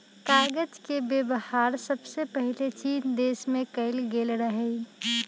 कागज के वेबहार सबसे पहिले चीन देश में कएल गेल रहइ